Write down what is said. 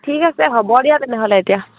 ঠিক আছে হ'ব দিয়া তেনেহ'লে এতিয়া